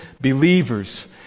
believers